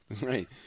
Right